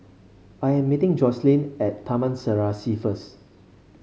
I am meeting Joycelyn at Taman Serasi first